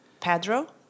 Pedro